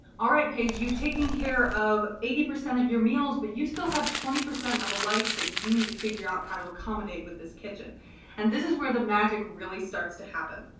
all right paige. you've taken care of eighty percent of your meals, but you still have twenty percent of a life that you need to figure out how to accommodate with this kitchen and this is where the magic really starts to happen.